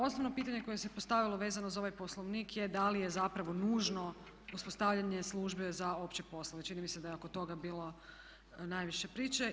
Osnovno pitanje koje se postavilo vezano za ovaj poslovnik je da li je zapravo nužno uspostavljanje službe za opće poslove, čini mi se da je oko toga bilo najviše priče.